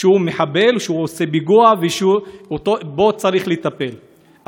שהוא מחבל, שהוא עושה פיגוע וצריך לטפל בו.